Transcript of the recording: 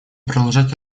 продолжать